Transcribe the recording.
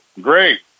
Great